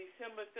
December